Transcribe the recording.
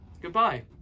Goodbye